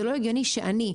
זה לא הגיוני שאני,